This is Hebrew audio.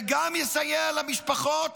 זה גם יסייע למשפחות,